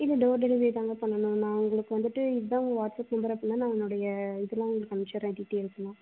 இல்லை door delivery தான்ங்க பண்ணணும் நான் உங்களுக்கு வந்துவிட்டு இதான் உங்கள் வாட்ஸப் நம்பர் அப்படினா நான் என்னுடைய இதல்லாம் உங்களுக்கு அமுச்சிவிட்றேன் டீட்டைல்ஸுலாம்